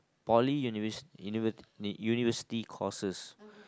poly univers~ universi~ university courses